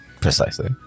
precisely